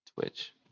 Twitch